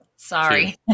Sorry